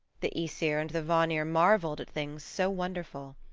the aesir and the vanir marveled at things so wonderful.